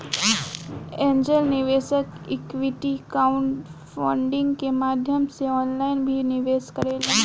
angel निवेशक equity crowdfunding के माध्यम से ऑनलाइन भी निवेश करेले